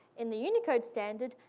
in the unicode standard,